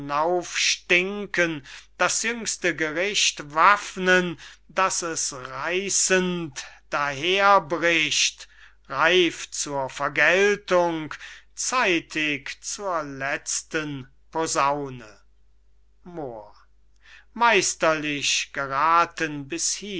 hinaufstinken das jüngste gericht waffnen daß es reissend daher bricht reif zur vergeltung zeitig zur letzten posaune moor meisterlich gerathen bis